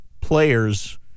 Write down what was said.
players